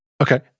Okay